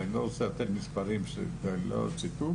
ואני לא רוצה לתת מספרים שהם לא לציטוט